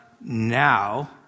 now